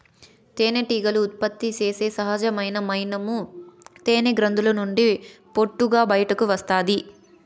తేనెటీగలు ఉత్పత్తి చేసే సహజమైన మైనము తేనె గ్రంధుల నుండి పొట్టుగా బయటకు వస్తాది